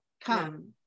come